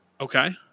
Okay